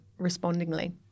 respondingly